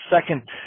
second